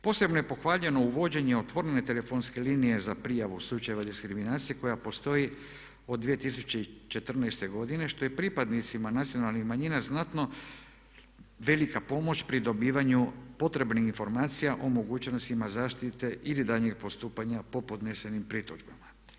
Posebno je pohvaljeno uvođenje otvorene telefonske linije za prijavu slučajeva diskriminacije koja postoji od 2014. godine što je pripadnicima nacionalnih manjina znatno velika pomoć pri dobivanju potrebnih informacija o mogućnostima zaštite ili daljnjeg postupanja po podnesenim pritužbama.